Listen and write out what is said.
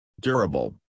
Durable